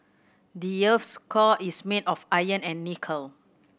the earth's core is made of iron and nickel